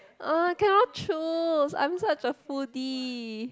uh cannot choose I am such a foodie